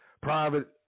Private